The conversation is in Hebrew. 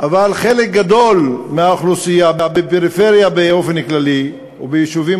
אבל חלק גדול מהאוכלוסייה בפריפריה באופן כללי וביישובים